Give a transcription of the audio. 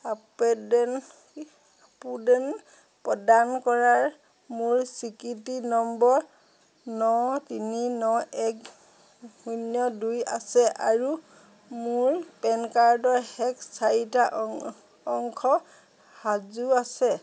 update প্ৰদান কৰা মোৰ স্বীকৃতি নম্বৰ ন তিনি ন এক শূন্য দুই আছে আৰু মোৰ পেন কাৰ্ডৰ শেষ চাৰিটা অংশ সাজু আছে